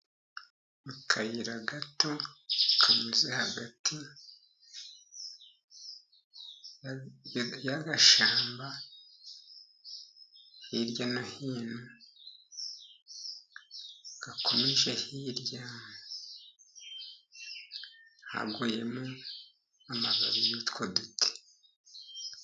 Mu kayira gato kanyuze hagati y'agashamba, hirya no hino gakomeje hirya ntabwo, yemenya amababi yutwo duti.